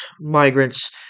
migrants